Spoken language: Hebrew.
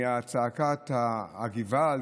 צעקת הגעוואלד,